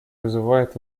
вызывает